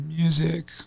music